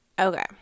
Okay